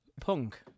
Punk